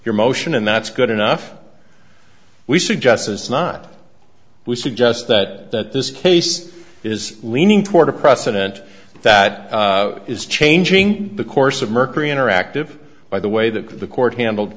your motion and that's good enough we suggest is not we suggest that this case is leaning toward a precedent that is changing the course of mercury interactive by the way that the court handled